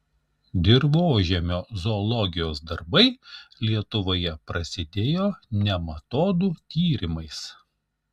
dirvožemio zoologijos darbai lietuvoje prasidėjo nematodų tyrimais